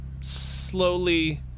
slowly